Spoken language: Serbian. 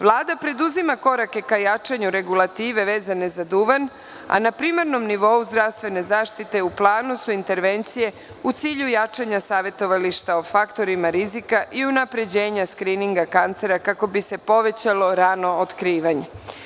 Vlada preduzima korake ka jačanju regulative vezane za duvan, a na primarnom nivou zdravstvene zaštite u planu su intervencije u cilju jačanja savetovališta o faktorima rizika i unapređenja skrininga kancera kako bi se povećalo rano otkrivanje.